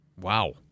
Wow